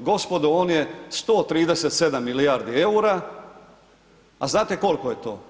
gospodo on je 137 milijardi EUR-a, a znate koliko je to?